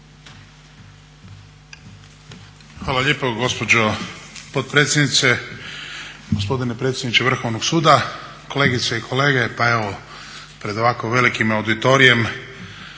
potpredsjednice. Gospodine predsjedniče Vrhovnog suda, kolegice i kolege. Pa evo pred ovako velikim auditorijem